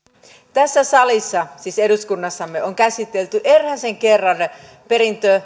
tässä salissa siis eduskunnassamme on käsitelty erään kerran perintö